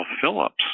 Phillips